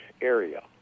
area